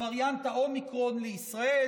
וריאנט האומיקרון לישראל,